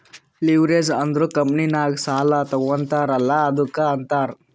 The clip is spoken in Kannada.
ಲಿವ್ರೇಜ್ ಅಂದುರ್ ಕಂಪನಿನಾಗ್ ಸಾಲಾ ತಗೋತಾರ್ ಅಲ್ಲಾ ಅದ್ದುಕ ಅಂತಾರ್